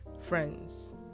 friends